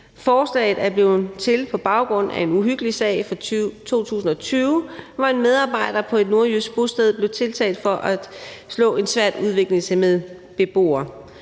Forslaget er blevet til på baggrund af en uhyggelig sag fra 2020, hvor en medarbejder på et nordjysk bosted blev tiltalt for at slå en svært udviklingshæmmet beboer.